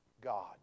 God